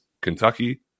Kentucky